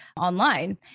online